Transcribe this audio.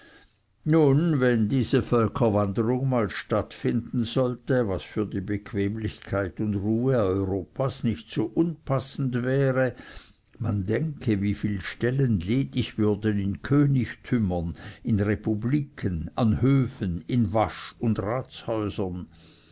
nun wenn diese völkerwanderung mal stattfinden sollte was für die bequemlichkeit und ruhe europas nicht so unpassend wäre man denke wie viel stellen ledig würden in königstümern in republiken an höfen in wasch und